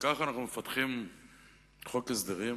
כך אנחנו מפתחים חוק הסדרים